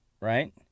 right